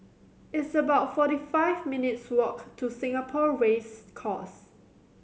it's about forty five minutes' walk to Singapore Race Course